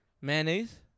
Mayonnaise